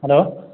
hello